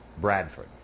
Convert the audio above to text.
Bradford